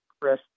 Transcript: Chris